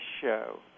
show